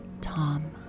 Tom